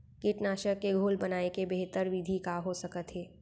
कीटनाशक के घोल बनाए के बेहतर विधि का हो सकत हे?